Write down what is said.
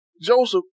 Joseph